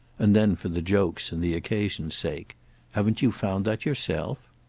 and then for the joke's and the occasion's sake haven't you found that yourself?